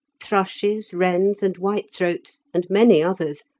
thrushes, wrens, and whitethroats, and many others,